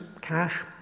cash